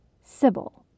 Sybil